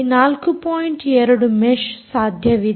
2 mesh ಸಾಧ್ಯವಿದೆ